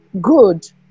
good